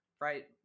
right